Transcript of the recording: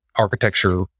architecture